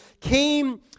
came